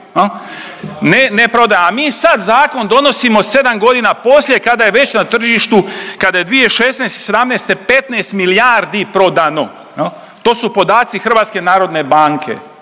ne prodaju. A mi sad zakon donosimo sedam godina poslije kada je već na tržištu kada je 2016., '17. 15 milijardi prodano, to su podaci HNB-a to ovo